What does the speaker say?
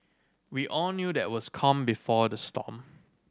we all knew that was the calm before the storm